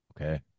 Okay